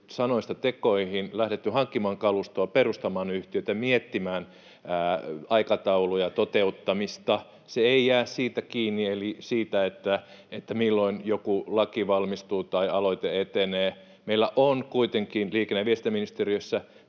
sanoista tekoihin: lähdetty hankkimaan kalustoa, perustamaan yhtiöitä, miettimään aikatauluja, toteuttamista. Se ei jää siitä kiinni eli siitä, milloin joku laki valmistuu tai aloite etenee. Meillä on kuitenkin liikenne- ja viestintäministeriössä